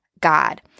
God